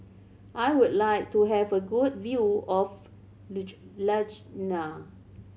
I would like to have a good view of Ljubljana